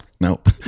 nope